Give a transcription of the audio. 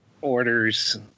orders